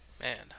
Man